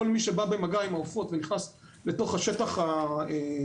כל מי שבא במגע עם העופות ונכנס לתוך השטח המזוהם,